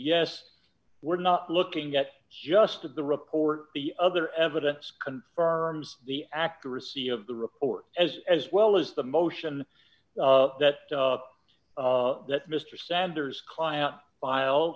yes we're not looking at just the report the other evidence confirms the accuracy of the report as as well as the motion that mr sanders client filed